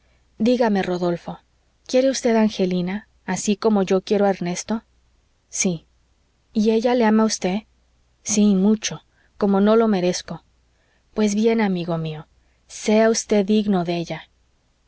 dígame rodolfo quiere usted a angelina así como yo quiero a ernesto sí y ella le ama a usted sí mucho cómo no lo merezco pues bien amigo mío sea usted digno de ella